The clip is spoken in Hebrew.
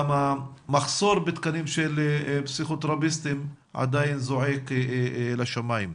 גם המחסור בתקנים של פסיכותרפיסטים עדיין זועק לשמים.